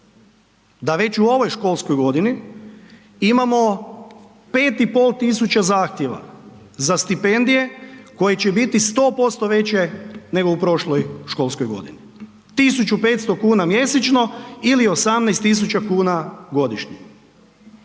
da već u ovoj školskoj godini imamo 5500 zahtjeva za stipendije koje će biti 100% veće nego u prošloj školskoj godini, 1.500,00 kn mjesečno ili 18.000,00 kn godišnje.